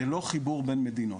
זה לא חיבור בין מדינות,